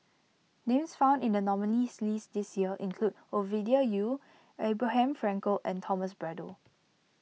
names found in the nominees' list this year include Ovidia Yu Abraham Frankel and Thomas Braddell